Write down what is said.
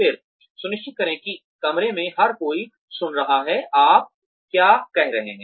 फिर सुनिश्चित करें कि कमरे में हर कोई सुन सकता है आप क्या कह रहे हैं